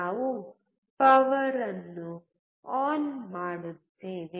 ನಾವು ಪವರ್ ಅನ್ನು ಆನ್ ಮಾಡುತ್ತೇವೆ